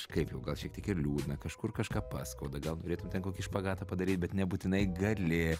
kažkaip jau gal šiek tiek ir liūdna kažkur kažką paskauda gal norėtum ten kokį špagatą padaryt bet nebūtinai gali